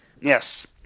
Yes